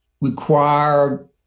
require